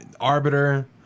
Arbiter